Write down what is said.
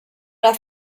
alla